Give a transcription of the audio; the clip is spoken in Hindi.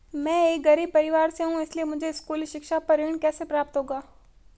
मैं एक गरीब परिवार से हूं इसलिए मुझे स्कूली शिक्षा पर ऋण कैसे प्राप्त होगा?